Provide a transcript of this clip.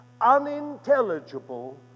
unintelligible